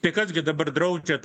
tai kas gi dabar draudžia